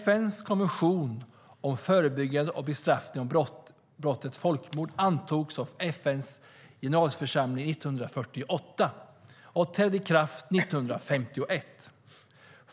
FN:s konvention om förebyggande och bestraffning av brottet folkmord antogs av FN:s generalförsamling 1948 och trädde i kraft 1951.